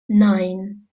nine